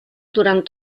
durant